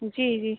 जी जी